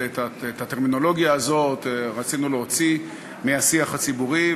ואת הטרמינולוגיה הזאת רצינו להוציא מהשיח הציבורי.